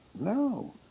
No